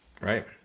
Right